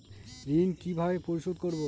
ঋণ কিভাবে পরিশোধ করব?